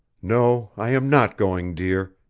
no, i am not going, dear,